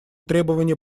требования